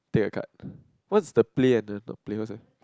take your card what's the play and the not play what's that